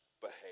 behave